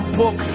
book